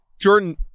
Jordan